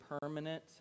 permanent